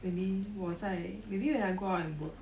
maybe 我在 maybe when I go out and work